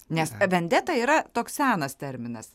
nes vendeta yra toks senas terminas